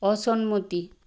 অসন্মতি